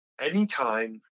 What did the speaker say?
anytime